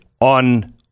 on